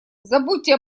забудьте